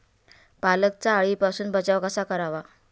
पालकचा अळीपासून बचाव कसा करावा?